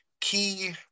Key